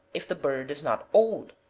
if the bird is not old,